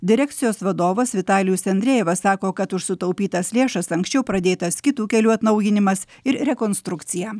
direkcijos vadovas vitalijus andrejevas sako kad už sutaupytas lėšas anksčiau pradėtas kitų kelių atnaujinimas ir rekonstrukcija